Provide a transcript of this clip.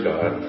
God